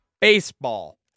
Baseball